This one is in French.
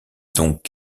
donc